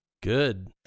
Good